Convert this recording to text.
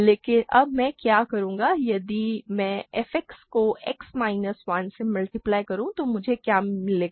लेकिन अब मैं क्या करूंगा यदि मैं f X को X माइनस 1 से मल्टीप्लाई करूं तो मुझे क्या मिलेगा